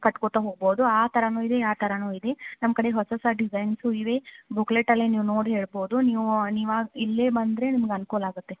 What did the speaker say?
ಕಟ್ಕೊತ ಹೋಗ್ಬೌದು ಆ ಥರನು ಇದೆ ಆ ಥರನು ಇದೆ ನಮ್ಮ ಕಡೆ ಹೊಸೊಸ ಡಿಸೈನ್ಸು ಇವೆ ಬುಕ್ಲೆಟಲ್ಲೇ ನೀವು ನೋಡಿ ಹೇಳ್ಬೌದು ನೀವು ನೀವಾಗೇ ಇಲ್ಲೇ ಬಂದರೆ ನಿಮ್ಗೆ ಅನುಕೂಲ ಆಗುತ್ತೆ